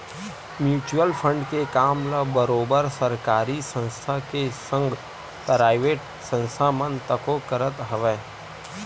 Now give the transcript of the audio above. mutual fund के काम ल बरोबर सरकारी संस्था के संग पराइवेट संस्था मन तको करत हवय